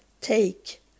take